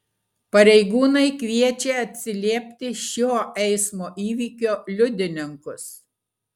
pareigūnai kviečia atsiliepti šio eismo įvykio liudininkus